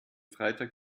freitag